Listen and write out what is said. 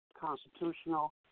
constitutional